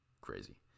crazy